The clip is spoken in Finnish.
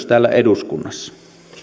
täällä eduskunnassa